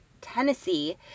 Tennessee